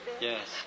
Yes